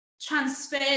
transferred